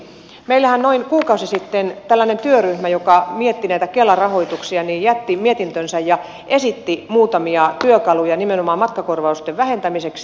meillähän noin kuukausi sitten tällainen työryhmä joka mietti näitä kela rahoituksia jätti mietintönsä ja esitti muutamia työkaluja nimenomaan matkakorvausten vähentämiseksi